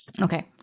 Okay